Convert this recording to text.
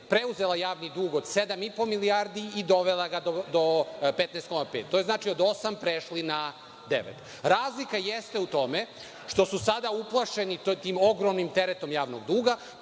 preuzela javni dug od 7,5 milijardi i dovela ga do 15,5. To je, znači, od osam prešli na devet. Razlika jeste u tome što su sada uplašeni pod tim ogromnim teretom javnog duga